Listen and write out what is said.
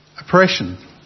Oppression